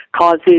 causes